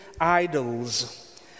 idols